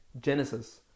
Genesis